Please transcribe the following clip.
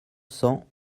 cents